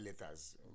letters